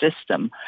system